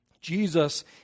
Jesus